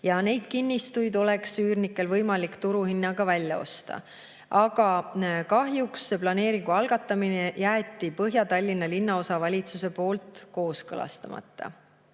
ja neid kinnistuid oleks üürnikel olnud võimalik turuhinnaga välja osta. Aga kahjuks jäeti planeeringu algatamine Põhja-Tallinna Linnaosavalitsuse poolt kooskõlastamata.